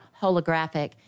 holographic